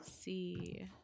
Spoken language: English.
see